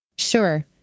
Sure